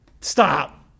Stop